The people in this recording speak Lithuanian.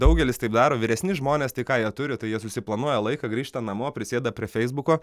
daugelis taip daro vyresni žmonės tai ką jie turi tai jie susiplanuoja laiką grįžta namo prisėda prie feisbuko